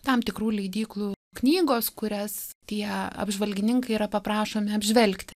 tam tikrų leidyklų knygos kurias tie apžvalgininkai yra paprašomi apžvelgti